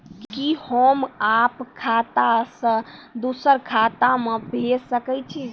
कि होम आप खाता सं दूसर खाता मे भेज सकै छी?